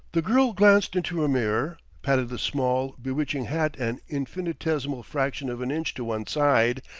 the girl glanced into a mirror, patted the small, bewitching hat an infinitesimal fraction of an inch to one side,